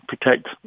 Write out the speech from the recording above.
protect